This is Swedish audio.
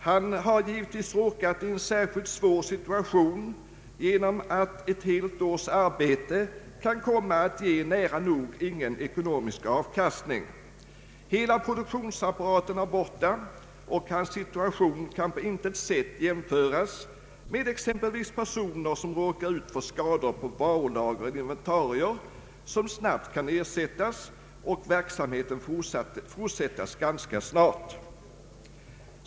Han har givietvis råkat i en särskilt svår situation genom att ett helt års arbete kan komma att ge nära nog ingen ekonomisk avkastning. Produktionsapparaten är borta, och hans situation kan på intet sätt jämföras med den, som en person råkar i som får skador på varulager eller inventarier som snabbt kan ersättas, så att verksamheten kan fortsätta ganska snart.